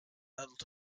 adult